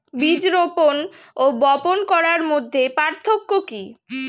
বীজ রোপন ও বপন করার মধ্যে পার্থক্য কি?